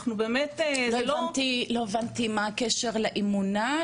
לא הבנתי מה הקשר לאמונה.